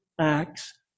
acts